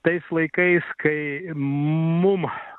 tais laikais kai mmum